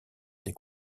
des